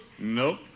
Nope